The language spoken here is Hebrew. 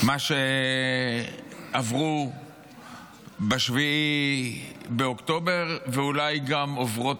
מה שעברו ב-7 באוקטובר ואולי גם עוברות